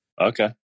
Okay